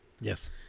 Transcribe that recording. Yes